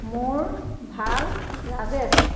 মোৰ ভাল ৰাজেশ